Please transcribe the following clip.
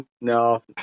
No